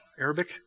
Arabic